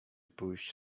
pójść